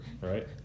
right